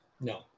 No